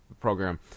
program